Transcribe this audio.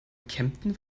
kempten